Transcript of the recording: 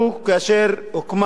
כאשר הוקמה,